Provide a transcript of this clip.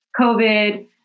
COVID